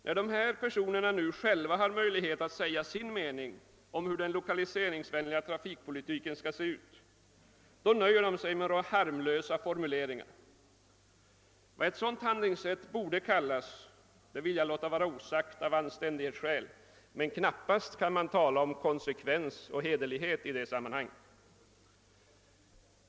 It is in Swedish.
När dessa personer nu själva har möjlighet alt säga sin mening om hur den lokaliseringsvänliga trafikpolitiken skall se ut nöjer de sig med några harmlösa formuleringar. Vad ett sådant handlingssätt borde kallas vill jag av anständighetsskäl låta vara osagt, men man kan knappast tala om konsekvens och hederlighet i detta sammanhang.